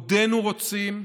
עודנו רוצים,